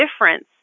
difference